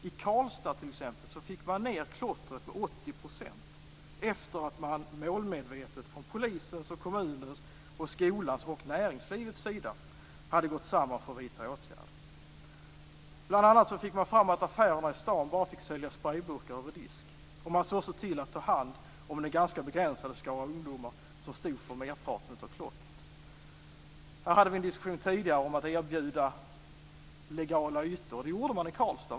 I Karlstad t.ex. fick man ned klottret med 80 % efter det att man målmedvetet från polisens, kommunens, skolans och näringslivets sida hade gått samman för att vidta åtgärder. Bl.a. fick man fram att affärerna i stan bara fick sälja sprejburkar över disk. Man såg också till att ta hand om en ganska begränsad skara ungdomar som stod för merparten av klottret. Vi hade en diskussion tidigare om att erbjuda legala ytor. Det gjorde man i Karlstad.